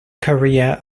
career